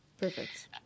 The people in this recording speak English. Perfect